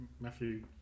matthew